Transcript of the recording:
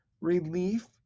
relief